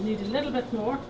need a little bit more